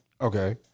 Okay